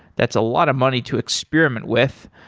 that's a lot of money to experiment with.